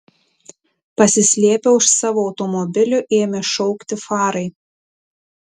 pasislėpę už savo automobilių ėmė šaukti farai